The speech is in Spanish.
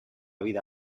vida